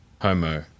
Homo